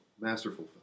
masterful